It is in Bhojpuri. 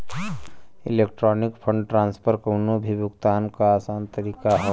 इलेक्ट्रॉनिक फण्ड ट्रांसफर कउनो भी भुगतान क आसान तरीका हौ